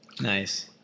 Nice